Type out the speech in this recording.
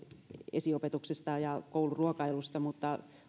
esiopetuksesta ja ja kouluruokailusta mutta